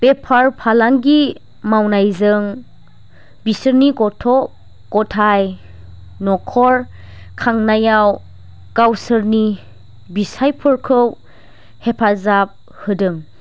बेफार फालांगि मावनायजों बिसोरनि गथ' गथाइ न'खर खांनायाव गावसोरनि फिसायफोरखौ हेफाजाब होदों